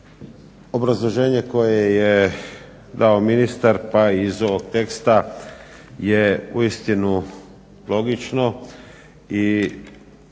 Obrazloženje koje je dao ministar pa i iz ovog teksta je uistinu logično i